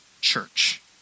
church